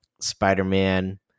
Spider-Man